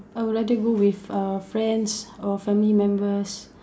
um I will let it go with um friends or family members